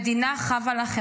זה לא חייב להיות ככה,